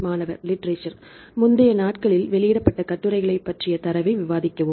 மாணவர்லிட்ரேசர் முந்தைய நாட்களில் வெளியிடப்பட்ட கட்டுரைகளைப் பற்றிய தரவை விவாதிக்கவும்